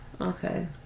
Okay